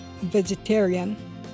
vegetarian